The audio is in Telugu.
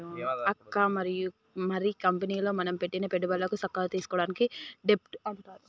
అక్క మరి కంపెనీలో మనం పెట్టిన పెట్టుబడులను సక్కగా తీసుకోవడాన్ని డెబ్ట్ అంటారు